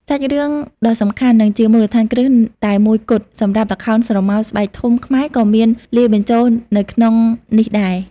សាច់រឿងដ៏សំខាន់ និងជាមូលដ្ឋានគ្រឹះតែមួយគត់សម្រាប់ល្ខោនស្រមោល ស្បែកធំ ខ្មែរក៏មានលាយបញ្ជូលនៅក្នុងនេះដែរ ។